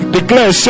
Declare